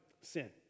sin